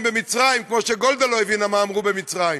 במצרים כמו שגולדה לא הבינה מה אמרו במצרים.